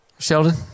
Sheldon